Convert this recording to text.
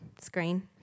screen